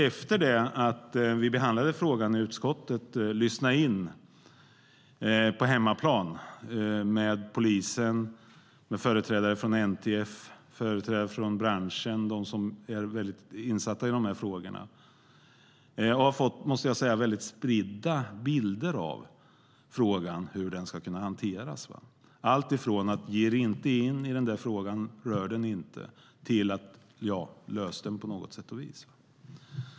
Efter att vi behandlade frågan i utskottet har jag försökt lyssna in på hemmaplan med polisen, företrädare från NTF och företrädare från branschen - personer som är väldigt insatta i de här frågorna. Jag måste säga att jag har fått väldigt spridda bilder av hur frågan ska kunna hanteras. Det är alltifrån "ge er inte in i den frågan, rör den inte" till "ja, lös frågan på något sätt".